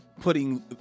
putting